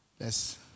Yes